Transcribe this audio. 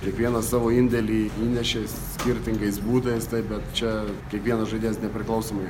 kiekvienas savo indėlį įnešė skirtingais būdais bet čia kiekvienas žaidėjas nepriklausomai